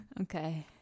okay